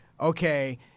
Okay